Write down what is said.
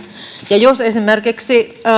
ja jos esimerkiksi